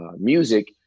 music